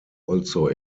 also